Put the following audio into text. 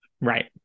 right